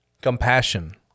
compassion